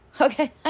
Okay